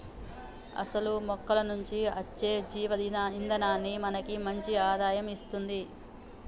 అసలు మొక్కల నుంచి అచ్చే జీవ ఇందనాన్ని మనకి మంచి ఆదాయం ఇస్తుంది